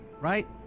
right